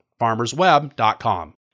FarmersWeb.com